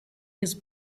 his